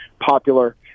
popular